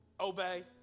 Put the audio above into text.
Obey